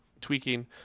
tweaking